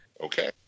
Okay